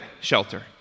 shelter